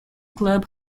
club